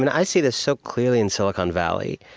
and i see this so clearly in silicon valley,